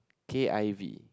K_I_V